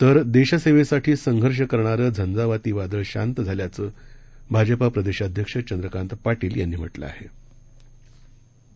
तर देशेसेवेसाठीसंघर्षकरणारंझंझावातीवादळशांतझाल्याचंभाजपाप्रदेशाध्यक्षचंद्रकांतपाटीलयांनीम्हटलंआहे